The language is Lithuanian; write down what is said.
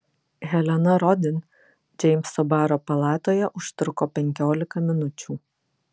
helena rodin džeimso baro palatoje užtruko penkiolika minučių